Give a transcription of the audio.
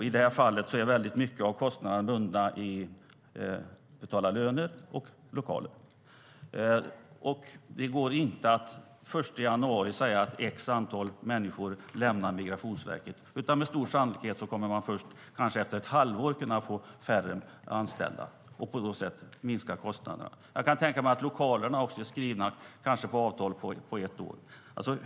I det här fallet är väldigt mycket av kostnaderna bundna i löner och lokaler. Det går inte att den 1 januari säga att ett visst antal personer ska lämna Migrationsverket, utan med stor sannolikhet kommer man först efter kanske ett halvår att få färre anställda och på så sätt minska kostnaderna. Jag kan tänka mig att lokalerna också är skrivna i avtal på ett år.